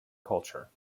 culture